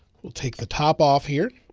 we'll take the top off here